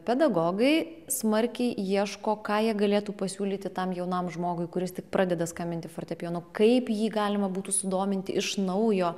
pedagogai smarkiai ieško ką jie galėtų pasiūlyti tam jaunam žmogui kuris tik pradeda skambinti fortepijonu kaip jį galima būtų sudominti iš naujo